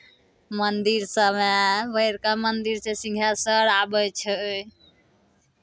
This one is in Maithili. मन्दिरसभ उएह बड़का मन्दिरसँ सिंहेश्वर आबै छै